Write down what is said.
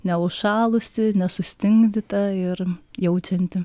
neužšalusi nesustingdyta ir jaučianti